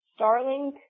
Starlink